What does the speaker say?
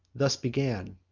thus began